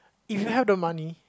if you have the money